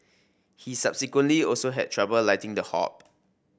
he subsequently also had trouble lighting the hob